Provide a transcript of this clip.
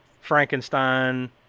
frankenstein